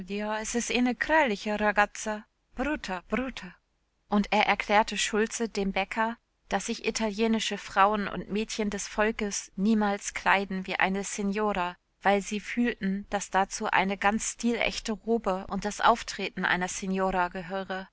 ragazza brutta brutta und er erklärte schulze dem bäcker daß sich italienische frauen und mädchen des volkes niemals kleiden wie eine signora weil sie fühlten daß dazu eine ganz stilechte robe und das auftreten einer signora gehöre